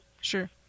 Sure